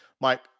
Mike